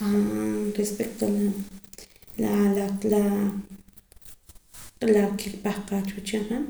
A respecto ke kipahqaa cha wehchin